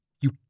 You